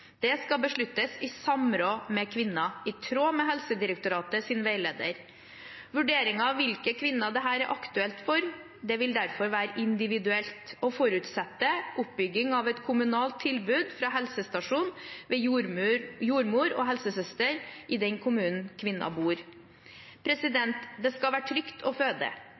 Det skal besluttes i samråd med kvinnen, i tråd med Helsedirektoratets veileder. Vurderingen av hvilke kvinner dette er aktuelt for, vil derfor være individuelt og forutsetter oppbygging av et kommunalt tilbud fra helsestasjon ved jordmor og helsesøster i den kommunen kvinnen bor. Det skal være trygt å føde.